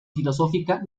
filosófica